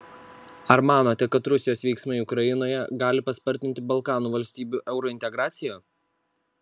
ar manote kad rusijos veiksmai ukrainoje gali paspartinti balkanų valstybių eurointegraciją